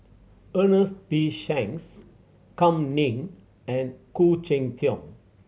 Ernest P Shanks Kam Ning and Khoo Cheng Tiong